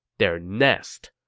their nest.